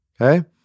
Okay